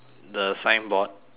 the signboard